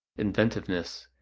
inventiveness,